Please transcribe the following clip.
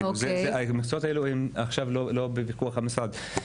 המקצועות האלה הם עכשיו לא בפיקוח המשרד.